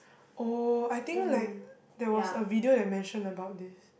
oh I think like there was a video that mention about this